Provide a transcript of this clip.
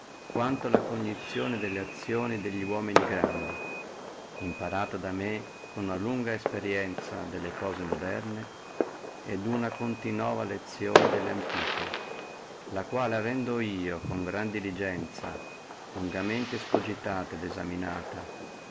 quanto la cognizione delle azioni delli uomini grandi imparata con una lunga esperienzia delle cose moderne et una continua lezione delle antique le quali avendo io con gran diligenzia lungamente escogitate et esaminate